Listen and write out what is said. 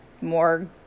more